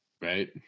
right